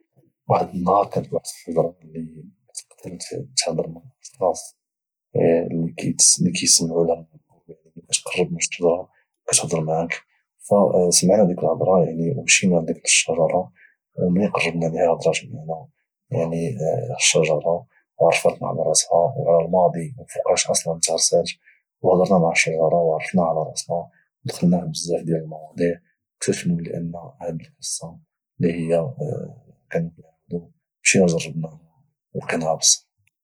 واحد النهار كانت واحد الشجرة اللي كتقدر تهدر مع أشخاص اللي كيسمعولها عن قرب يعني ملي كتقرب من الشجرة كتهدر معك فسمعنا ديك الهدرة او مشينا لديك الشجرة ومنين قربنا ليها هدرات معنا يعني الشجرة او عرفاتنا على راسها او على الماضي وفوقاش اصلا تغرسات او هدرنا مع الشجرة وعرفناها على راسنا او دخلنا فبزاف ديال المواضيع او كتاشفنا ان هاد القصة اللي كانو كيعاودو مشينا جربناها او لقيناها بصح